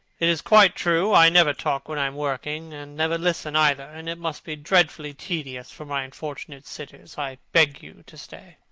it is quite true, i never talk when i am working, and never listen either, and it must be dreadfully tedious for my unfortunate sitters. i beg you to stay.